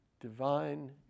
divine